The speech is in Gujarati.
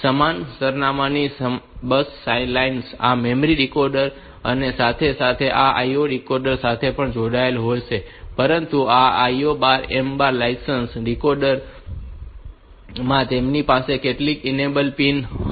સમાન સરનામાંની બસ લાઇન્સ આ મેમરી ડીકોડર અને સાથે સાથે આ IO ડીકોડર સાથે પણ જોડાયેલ હશે પરંતુ આ IOMbar લાઇન્સ આ ડીકોડર માં તેમની પાસે કેટલીક ઇનેબલ પિન હશે